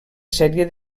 sèrie